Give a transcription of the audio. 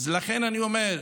לכן אני אומר,